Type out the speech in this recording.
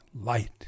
light